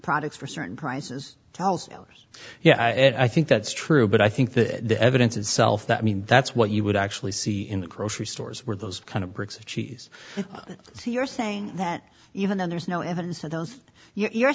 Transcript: products for certain prices tells us yeah i think that's true but i think that the evidence itself that i mean that's what you would actually see in the grocery stores were those kind of bricks of cheese so you're saying that even though there's no evidence for those you're